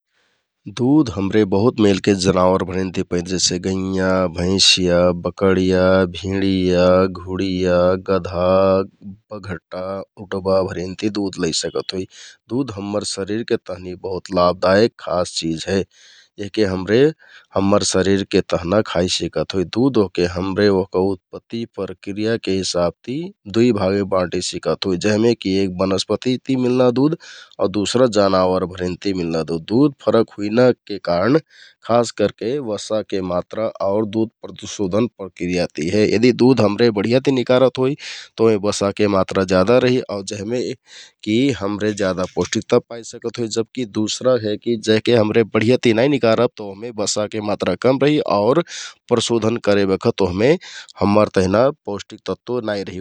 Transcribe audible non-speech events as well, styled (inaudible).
दुध हमरे बहुत मेलके जनावरभरिन ति पैति । जैसे गैंयाँ, भैंसिया, बकडिया, भिडिया, घुडिया, गदहा, उँटबा, बघटाभरिन ति दुध लै सकत होइ । दुध हम्मर शरिरके तहनि बहुत लाभदायक चिझ हे । यहके हमरे हम्मर शरिरके तहना खाइ सकत होइ । दुध ओहके हमरे उत्पतिके रुपमे दुइ भागमे बाँट सिकत होइ । जेहमेकि एक बनसपतिति मिलना दुध दुसरा हे जनावरभरिन ति मिलना दुध । दुध फरक हुइनाके कारण (noise) खास करके वसाके मात्र आउ दुध प्रशोधनके प्रक्रियाति हे । यदि दुध बढियाति निकारत होइ तौ बसाके मात्रा ज्यादा रहि आउर जेहमे यि हमरे ज्यादा पौष्टिकता जेदा पाइ सिकत होइ । जबकि दुसरा हे कि यहके हमरे बढियाति नाइ निकारब तौ बसाके मात्रा कम रहि आउर प्रशोधन करे बखत ओहमे (noise) हम्मर तहिना पौष्टिक तत्व नाइ रिहि ।